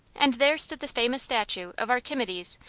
and there stood the famous statue of archimedes,